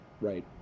right